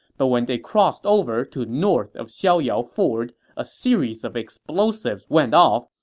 but when they crossed over to north of xiaoyao ford, a series of explosives went off,